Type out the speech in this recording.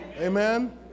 amen